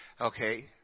okay